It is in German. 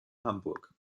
hamburg